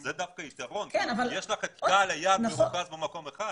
זה דווקא יתרון כי יש לך את קהל היעד מרוכז במקום אחד.